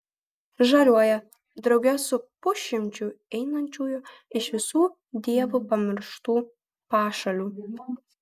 žaliuoja drauge su pusšimčiu einančiųjų iš visų dievo pamirštų pašalių